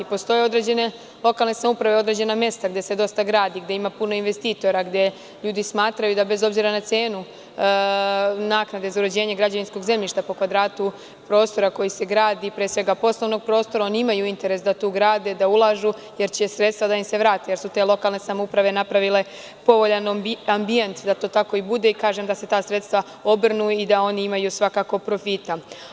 Postoje određene lokalne samouprave, određena mesta gde se dosta gradi, gde ima puno investitora, gde ljudi smatraju da, bez obzira na cenu naknade za uređenje građevinskog zemljišta po kvadratu prostora koji se gradi, pre svega poslovnog prostora, oni imaju interes da tu grade, da ulažu, jer će sredstva da im se vrate, jer su te lokalne samouprave napravile povoljan ambijent da to tako i bude, da se ta sredstva obrnu i da oni imaju svakako profita.